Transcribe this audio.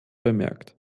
bemerkt